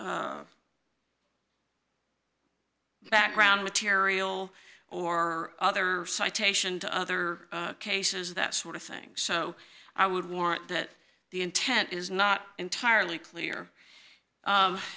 background material or other citation to other cases that sort of thing so i would warrant that the intent is not entirely clear